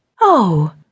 Oh